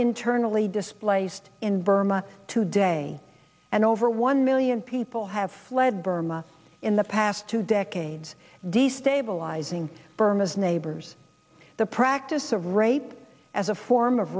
internally displaced in burma today and over one million people have fled burma in the past two decades destabilizing burma's neighbors the practice of rape as a form of